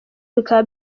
bikaba